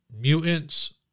Mutants